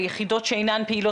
היחידות שאינן פעילות,